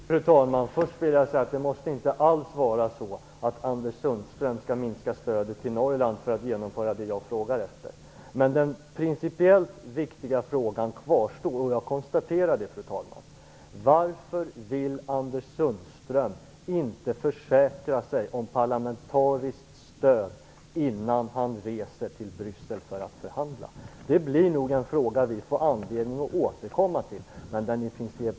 Fru talman! Jag vill först säga att Anders Sundström inte alls måste minska stödet till Norrland för att genomföra det som jag frågar efter. Men jag konstaterar, fru talman, att den principiellt viktiga frågan kvarstår: Varför vill Anders Sundström inte försäkra sig om parlamentariskt stöd innan han reser till Bryssel för att förhandla? Vi får nog anledning att återkomma till denna fråga.